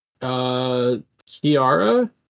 Kiara